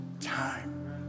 time